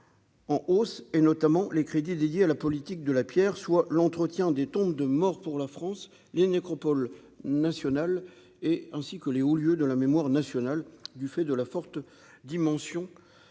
en hausse, et notamment les crédits dédiés à la politique de la pierre, soit l'entretien des tombes de morts pour la France, les nécropoles nationales et ainsi que les au lieu de la mémoire nationale du fait de la forte dimension